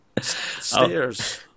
Stairs